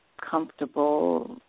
comfortable